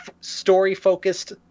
story-focused